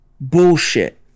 bullshit